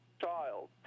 child